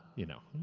you know,